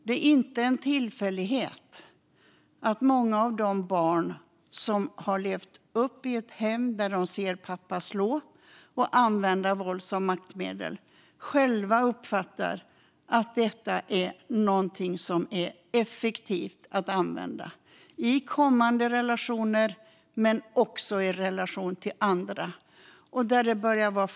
Det är inte en tillfällighet att många av de barn som har vuxit upp i hem där de har sett pappa slå och använda våld som maktmedel själva uppfattar att det är effektivt i kommande relationer och i relation till andra.